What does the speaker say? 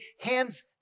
hands